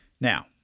Now